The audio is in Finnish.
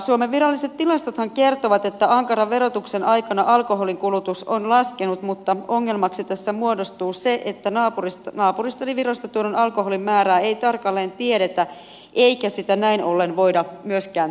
suomen viralliset tilastothan kertovat että ankaran verotuksen aikana alkoholin kulutus on laskenut mutta ongelmaksi tässä muodostuu se että naapurista eli virosta tuodun alkoholin määrää ei tarkalleen tiedetä eikä sitä näin ollen voida myöskään tilastoida